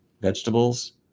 vegetables